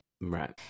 Right